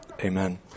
Amen